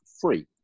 free